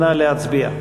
נא להצביע.